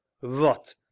What